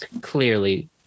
Clearly